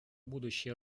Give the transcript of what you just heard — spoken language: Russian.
будущей